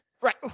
right